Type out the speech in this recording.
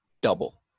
double